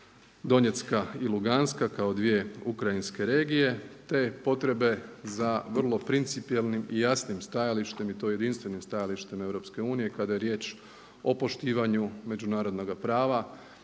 Donjecka i Luganska kao dvije ukrajinske regije te potrebe za vrlo principijelnim i jasnim stajalištem i to jedinstvenim stajalištem EU kada je riječ o poštivanju međunarodnog prava,